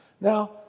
Now